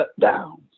shutdowns